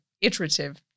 iterative